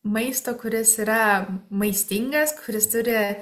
maistą kuris yra maistingas kuris turi